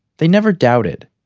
they never doubted.